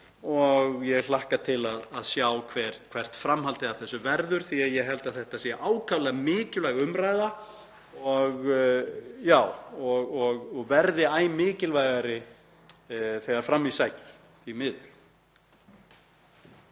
og ég hlakka til að sjá hvert framhaldið af þessu verður, því að ég held að þetta sé ákaflega mikilvæg umræða og verði æ mikilvægari þegar fram í sækir, því miður.